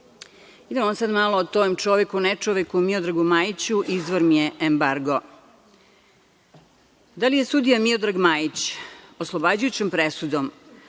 SNS.Idemo sad malo o tom čoveku, nečoveku, Miodragu Majiću, izvor mi je Embargo. Da li je sudija Miodrag Majić oslobađajućom presudom